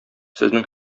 сезнең